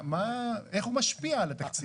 איך הוא משפיע על התקציב?